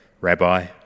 Rabbi